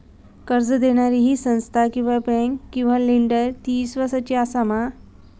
कर्ज दिणारी ही संस्था किवा बँक किवा लेंडर ती इस्वासाची आसा मा?